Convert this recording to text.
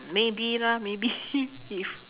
maybe lah maybe if